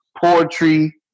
poetry